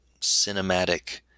cinematic